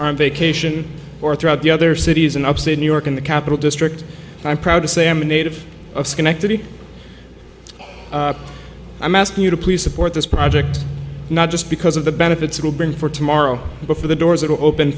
on vacation or throughout the other cities in upstate new york in the capital district i'm proud to say i'm a native of schenectady i'm asking you to please support this project not just because of the benefits will bring for tomorrow but for the doors